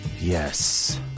Yes